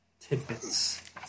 tidbits